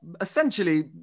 Essentially